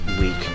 week